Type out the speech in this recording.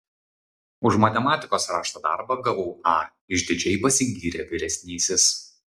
už matematikos rašto darbą gavau a išdidžiai pasigyrė vyresnysis